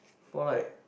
for like